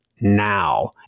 now